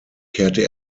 kehrte